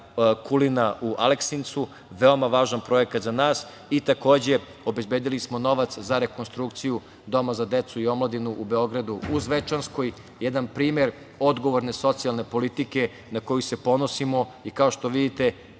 Kulina u Aleksincu, veoma važan projekat za nas i obezbedili smo novaca za rekonstrukciju Doma za decu o omladinu u Beogradu u Zvečanskoj. Jedan primer odgovorne socijalne politike na koju se ponosimo i kao što vidite